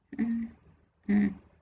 mm mm